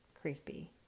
creepy